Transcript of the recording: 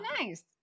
nice